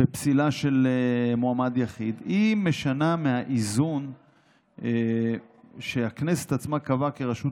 בפסילה של מועמד יחיד משנה מהאיזון שהכנסת עצמה קבעה כרשות,